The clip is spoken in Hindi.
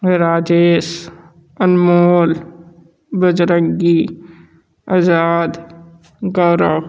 राजेश अनमोल बजरंगी अजाद गौरव